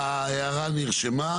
ההערה נרשמה.